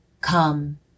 come